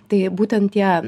tai būtent ją